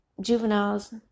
juveniles